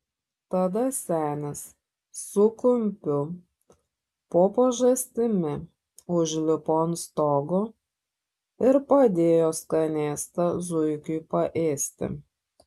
tada senis su kumpiu po pažastimi užlipo ant stogo ir padėjo skanėstą zuikiui paėsti